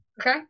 Okay